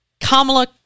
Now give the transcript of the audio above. Kamala